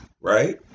right